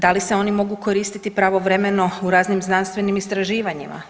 Da li se oni mogu koristiti pravovremeno u raznim znanstvenim istraživanjima?